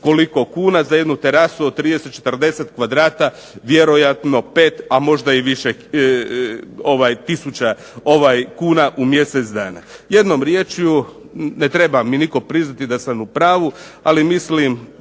koliko kuna za jednu terasu od 30, 40 kvadrata vjerojatno 5 tisuća kuna u mjesec dana. Jednom riječju, ne treba mi nitko priznati da sam u pravu, ali mislim